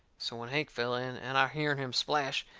so when hank fell in, and i hearn him splash,